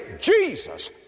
Jesus